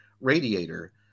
radiator